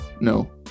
No